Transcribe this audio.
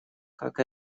как